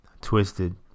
twisted